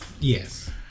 Yes